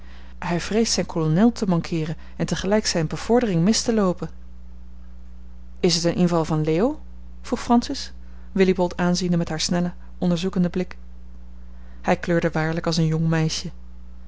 hij vreest zijn kolonel te mankeeren en tegelijk zijne bevordering mis te loopen is t een inval van leo vroeg francis willibald aanziende met haar snellen onderzoekenden blik hij kleurde waarlijk als een jong meisje